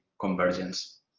convergence